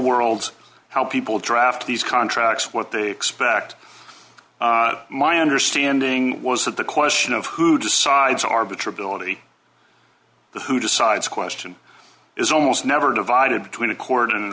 world how people draft these contracts what they expect my understanding was that the question of who decides arbiter ability the who decides question is almost never divided between a court and an